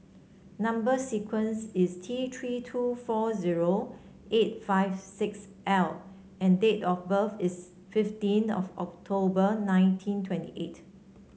number sequence is T Three two four zero eight five six L and date of birth is fifteen of October nineteen twenty eight